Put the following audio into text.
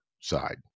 side